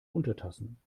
untertassen